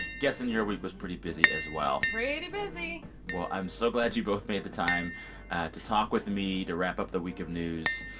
guessing your week was pretty busy as well pretty busy well, i'm so glad you both made the time to talk with me, to wrap up the week of news.